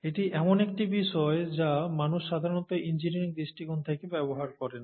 এটি এমন একটি বিষয় যা মানুষ সাধারণত ইঞ্জিনিয়ারিং দৃষ্টিকোণ থেকে ব্যবহার করেন